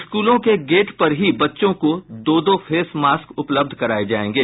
स्कूलों के गेट पर ही बच्चों को दो दो फेस मास्क उपलब्ध करायें जायेंगे